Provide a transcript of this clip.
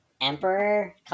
emperor